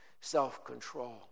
self-control